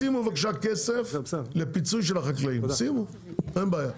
שימו בבקשה כסף לפצות את החקלאים, אין בעיה.